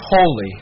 holy